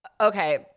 okay